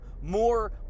more